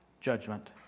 judgment